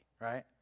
Right